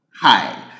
Hi